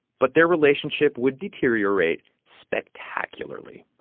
but their relationship would deteriorate spectacularly.